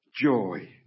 joy